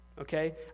Okay